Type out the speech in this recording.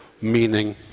meaning